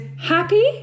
happy